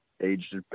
aged